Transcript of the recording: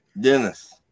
Dennis